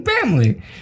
Family